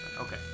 Okay